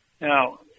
Now